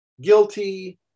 guilty